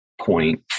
point